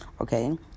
okay